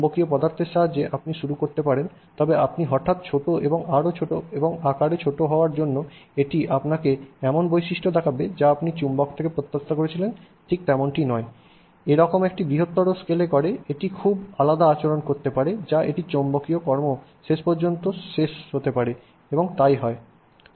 চৌম্বকীয় পদার্থের সাহায্যে আপনি শুরু করতে পারেন তবে আপনি হঠাৎ ছোট এবং আরো ছোট এবং আকারে ছোট হওয়ায় জন্য এটি আপনাকে এমন বৈশিষ্ট্য দেখাবে যা আপনি চুম্বক থেকে প্রত্যাশা করছেন ঠিক এমনটি নয় যেরকম এটি বৃহত্তর স্কেলে করে এটি খুব আলাদা আচরণ করতে পারে যা এটির চৌম্বকীয় কর্ম শেষ হতে পারে এবং তাই হচ্ছে